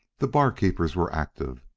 the barkeepers were active.